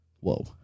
Whoa